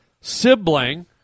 sibling